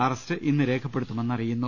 arrest ഇന്ന് രേഖപ്പെടുത്തുമെന്ന് അറിയുന്നു